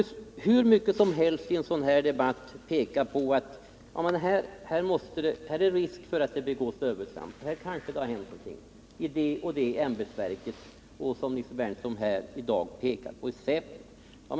I en sådan här debatt kan man naturligtvis peka på hur många fall som helst och säga: Här är det risk för att det begåtts övertramp, i det eller det ämbetsverket har man kanske haft en tvivelaktig handläggning — Nils Berndtson tar i dag upp sådana tankegångar bettäffande säpo.